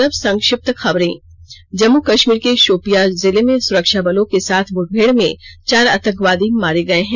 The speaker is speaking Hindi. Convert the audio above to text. और अब संक्षिप्त खबरें जम्मू कष्मीर के शोपियां जिले में सुरक्षाबलों के साथ मुठभेड़ में चार आतंकवादी मारे गए हैं